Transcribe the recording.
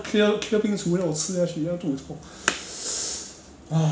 我真 then 那时候我们一定要吃 laksa 的 then 我们买了因为他们有那个小小个的 cone